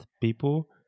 people